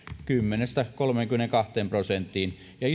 kymmenestä kolmeenkymmeneenkahteen prosenttiin ja